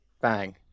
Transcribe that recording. Bang